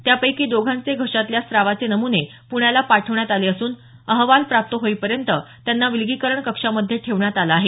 त्यापैकी दोघांचे घशातल्या स्रावाचे नम्ने पुण्याला पाठवण्यात आले असून अहवाल प्राप्त होईपर्यंत त्यांना विलगीकरण कक्षामध्ये ठेवण्यात आलं आहे